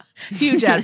Huge